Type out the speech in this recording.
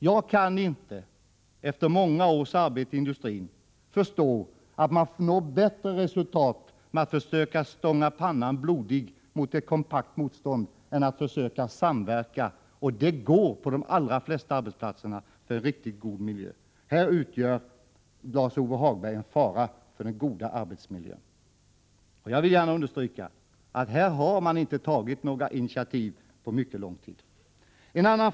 Jag kan efter många års arbete i industrin inte förstå att man skulle nå bättre resultat genom att stånga pannan blodig mot ett kompakt motstånd än genom att försöka samverka — och det går på de allra flesta arbetsplatser — för att uppnå en riktigt god miljö. I det stycket utgör Lars-Ove Hagberg en fara för den goda arbetsmiljön. Jag vill alltså understryka att vpk inte har tagit några initiativ i asbestfrågan på mycket lång tid. Herr talman!